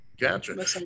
Gotcha